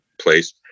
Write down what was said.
place